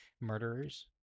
murderers